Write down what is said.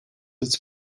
its